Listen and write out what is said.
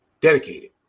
Dedicated